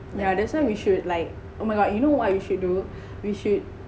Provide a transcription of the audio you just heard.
ya that's why we should like oh my god you know what you should do we should